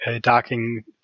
docking